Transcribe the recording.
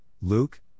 luke